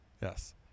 Yes